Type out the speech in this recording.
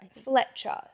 Fletcher